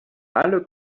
alle